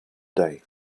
day